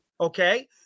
Okay